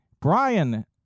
Brian